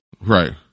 Right